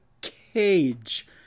cage